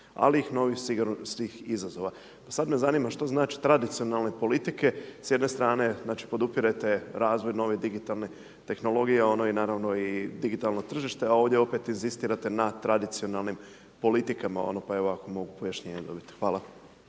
ali i novih sigurnosnih izazova. Pa sada me zanima što znači tradicionalne politike, s jedne strane znači podupirete razvoj nove digitalne tehnologije a ono je naravno i digitalno tržište a ovdje opet inzistirate na tradicionalnim politikama pa evo ako mogu pojašnjenje dobiti. Hvala.